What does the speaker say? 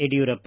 Yediyurappa